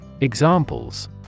Examples